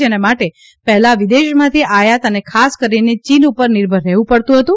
જેના માટે પહેલા વિદેશમાંથી આયાત અને ખાસ કરીને ચીન ઉપર નિર્ભર રહેવું પડતું હતું